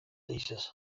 thesis